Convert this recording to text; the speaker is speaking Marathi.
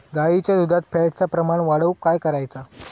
गाईच्या दुधात फॅटचा प्रमाण वाढवुक काय करायचा?